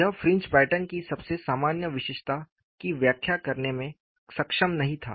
यह fringe pattern की सबसे सामान्य विशेषता की व्याख्या करने में सक्षम नहीं था